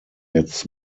its